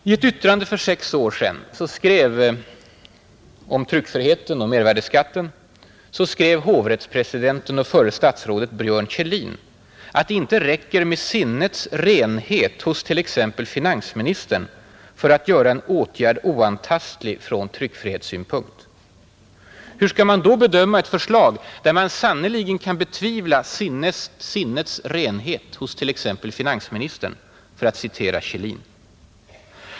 I ett yttrande för sex år sedan om tryckfriheten och mervärdeskatten skrev hovrättspresidenten och förra statsrådet Björn Kjellin att det inte räcker ”med sinnets renhet hos t.ex. finansministern” för att göra en åtgärd oantastlig från tryckfrihetssynpunkt. Hur skall man då bedöma ett förslag där man sannerligen kan betvivla ”sinnets renhet hos t.ex. finansministern”, för att citera Kjellin?